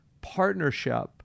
partnership